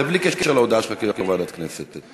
זה בלי קשר להודעה שלך כיו"ר ועדת הכנסת.